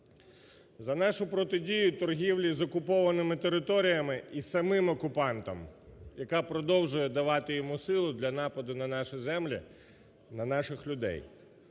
за нашу протидію торгівлі з окупованими територіями і самим окупантом, яка продовжує давати йому силу для нападу на наші землі, на наших людей.